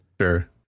Sure